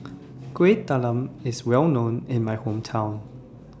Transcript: Kueh Talam IS Well known in My Hometown